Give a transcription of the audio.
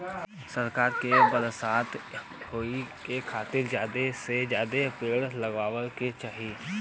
सरकार के बरसात होए के खातिर जादा से जादा पेड़ लगावे के चाही